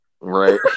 Right